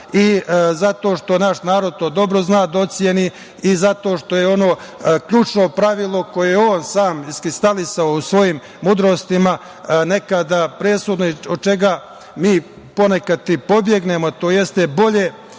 što naš narod to dobro da oceni i zato što je ono ključno pravilo koje je on sam iskristalisao u svojim mudrostima nekada presudno i od čega mi ponekad i pobegnemo, to jeste bolje.